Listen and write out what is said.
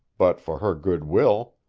but for her good will.